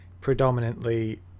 predominantly